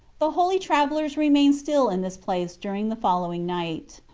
the holy travellers remained still in this place during the following night.